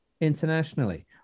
internationally